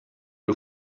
you